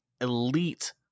elite